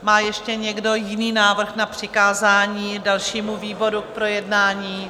Má ještě někdo jiný návrh na přikázání dalšímu výboru k projednání?